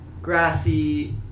grassy